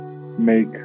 make